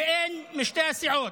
ואין משתי הסיעות.